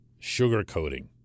sugarcoating